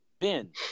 Ben